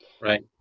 Right